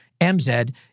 MZ